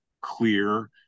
clear